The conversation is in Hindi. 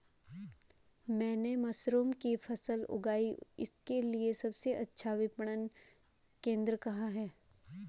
मैंने मशरूम की फसल उगाई इसके लिये सबसे अच्छा विपणन केंद्र कहाँ है?